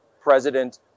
president